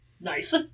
Nice